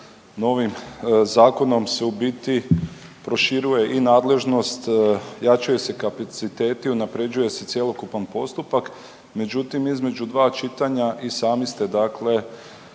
novim zakonom se u biti proširuje i nadležnost, jačaju se kapaciteti, unaprjeđuje se cjelokupan postupak, međutim između dva čitanja i sami ste dakle